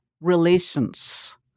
relations